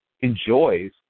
enjoys